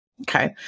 okay